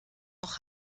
noch